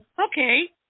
okay